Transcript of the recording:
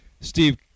Steve